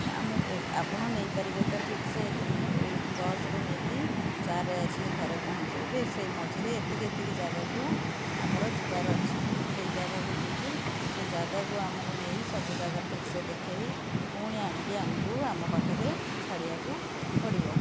ଆମୁ ଏ ଆପଣ ନେଇ ପାରିବେ ତ ଠିକ୍ସେ ଦଶରେ ନେଇକି ଚାରିରେ ଆସିକି ପହଞ୍ଚେଇବେ ସେଇ ମଝିରେ ଏତିକି ଏତିକି ଜାଗାକୁ ଆମର ଯିବାର ଅଛି ସେଇ ଜାଗାକୁ ଯିବୁ ସେ ଜାଗାକୁ ଆମକୁ ନେଇ ସବୁ ଜାଗା ଠିକ୍ସେ ଦେଖେଇ ପୁଣି ଆଣିକି ଆମକୁ ଆମ ପାଖରେ ଛାଡ଼ିବାକୁ ପଡ଼ିବ